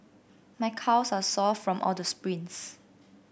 my calves are sore from all the sprints